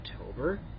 October